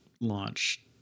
launch